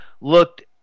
looked